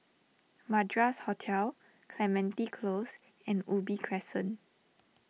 Madras Hotel Clementi Close and Ubi Crescent